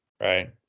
right